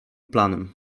planem